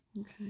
Okay